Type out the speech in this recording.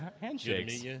handshakes